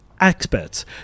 experts